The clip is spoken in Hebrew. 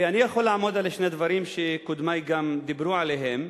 ואני יכול לעמוד על שני דברים שקודמי גם דיברו עליהם.